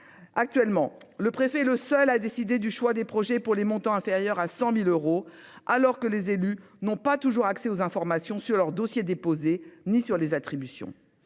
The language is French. Actuellement le préfet, le seul à décider du choix des projets pour les montants inférieurs à 100.000 euros alors que les élus n'ont pas toujours accès aux informations sur leurs dossiers déposés ni sur les attributions.